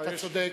אתה צודק.